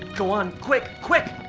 go on, quick, quick!